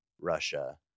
Russia